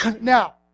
Now